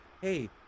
Hey